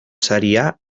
saria